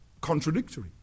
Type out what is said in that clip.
contradictory